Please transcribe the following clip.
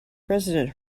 president